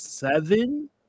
Seven